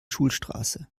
schulstraße